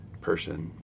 person